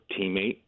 teammate